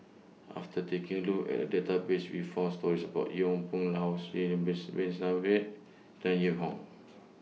after taking A Look At The Database We found stories about Yong Pung How Sidek Base Bin Saniff Tan Yee Hong